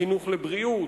בחינוך לבריאות,